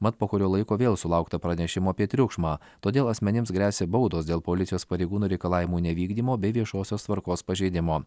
mat po kurio laiko vėl sulaukta pranešimų apie triukšmą todėl asmenims gresia baudos dėl policijos pareigūnų reikalavimų nevykdymo bei viešosios tvarkos pažeidimo